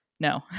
No